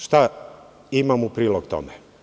Šta imam u prilog tome?